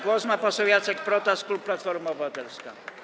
Głos ma poseł Jacek Protas, klub Platforma Obywatelska.